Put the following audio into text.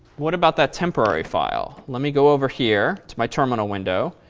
what about that temporary file? let me go over here to my terminal window.